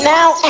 Now